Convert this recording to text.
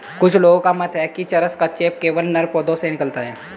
कुछ लोगों का मत है कि चरस का चेप केवल नर पौधों से निकलता है